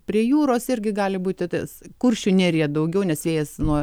prie jūros irgi gali būti ties kuršių nerija daugiau nes vėjas nuo